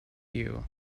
you